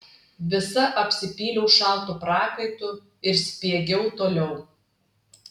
visa apsipyliau šaltu prakaitu ir spiegiau toliau